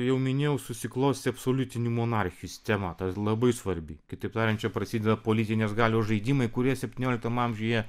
jau minėjau susiklostė absoliutinių monarchijų sistema ta labai svarbi kitaip tariant čia prasideda politinės galios žaidimai kurie septynioliktame amžiuje